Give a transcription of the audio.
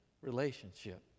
relationship